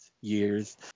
years